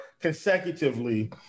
consecutively